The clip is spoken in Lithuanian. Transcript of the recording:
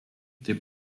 taip